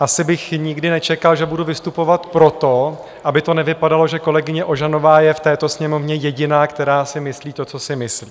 Asi bych nikdy nečekal, že budu vystupovat proto, aby to nevypadalo, že kolegyně Ožanová je v této Sněmovně jediná, která si myslí to, co si myslí.